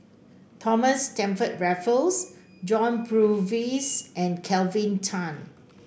Thomas Stamford Raffles John Purvis and Kelvin Tan